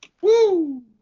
Woo